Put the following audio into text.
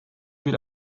bir